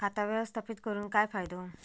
खाता व्यवस्थापित करून काय फायदो?